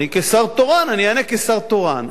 אני כשר תורן אענה כשר תורן,